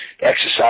exercise